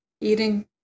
eating